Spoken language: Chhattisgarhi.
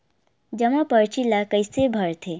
जमा परची ल कइसे भरथे?